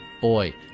boy